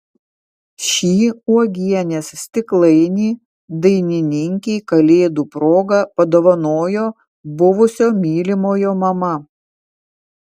šį uogienės stiklainį dainininkei kalėdų proga padovanojo buvusio mylimojo mama